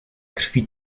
krwi